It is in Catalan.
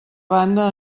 banda